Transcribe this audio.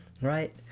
right